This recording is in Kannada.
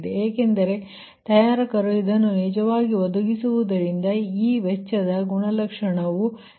ಏಕೆಂದರೆ ತಯಾರಕರು ಇದನ್ನು ನಿಜವಾಗಿ ಒದಗಿಸುವುದರಿಂದ ಈ ವೆಚ್ಚದ ಗುಣಲಕ್ಷಣವು ತಿಳಿಯುತ್ತದೆ ಎಂದು ಊಹಿಸಲಾಗುತ್ತದೆ